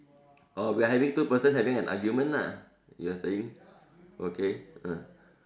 oh we are having two person having a argument lah you are saying okay ah